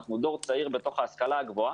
אנחנו הדור צעיר בהשכלה הגבוהה,